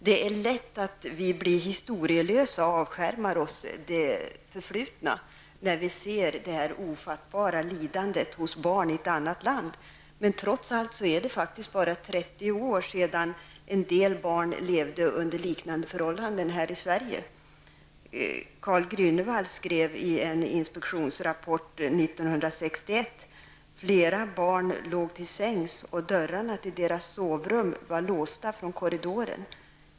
Det är lätt att vi blir historielösa och avskärmar oss från det förflutna, när vi ser detta ofattbara lidande hos barn i ett annat land. Trots allt är det bara 30 år sedan en del barn levde under liknande förhållanden här i Sverige. Karl Grunewald skrev i en inspektionsrapport 1961: ''Flera barn låg till sängs och dörrarna till deras sovrum var låsta från korridoren.